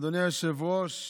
אדוני היושב-ראש,